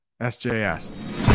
sjs